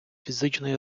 фізичної